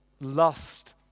lust